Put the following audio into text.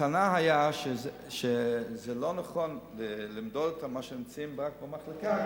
הטענה היתה שזה לא נכון למדוד את הזמן שהם נמצאים רק במחלקה,